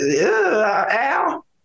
Al